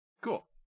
Cool